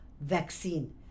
vaccine